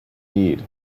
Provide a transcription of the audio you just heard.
need